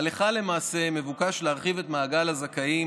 הלכה למעשה מבוקש להרחיב את מעגל הזכאים